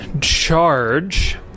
charge